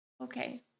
okay